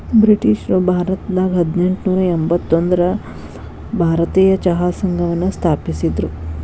ಬ್ರಿಟಿಷ್ರು ಭಾರತದಾಗ ಹದಿನೆಂಟನೂರ ಎಂಬತ್ತೊಂದರಾಗ ಭಾರತೇಯ ಚಹಾ ಸಂಘವನ್ನ ಸ್ಥಾಪಿಸಿದ್ರು